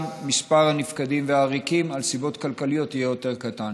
גם מספר הנפקדים והעריקים מסיבות כלכליות יהיה יותר קטן.